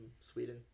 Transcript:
Sweden